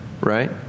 right